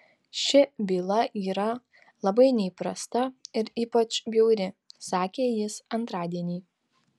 ši byla yra labai neįprasta ir ypač bjauri sakė jis antradienį